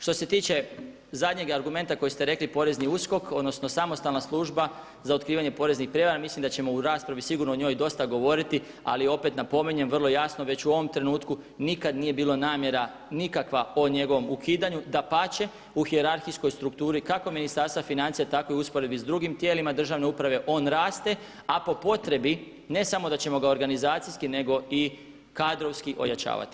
Što se tiče zadnjega argumenta koji ste rekli, porezni USKOK, odnosno samostalna služba za otkrivanje poreznih prijevara mislim da ćemo u raspravi sigurno o njoj dosta govoriti ali opet napominjem vrlo jasno već u ovom trenutku nikad nije bila namjera nikakva o njegovom ukidanju, dapače u hijerarhijskoj strukturi kako Ministarstva financija tako i usporedbi s drugim tijelima državne uprave on raste a po potrebi ne samo da ćemo ga organizacijski nego i kadrovski ojačavati.